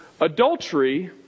Adultery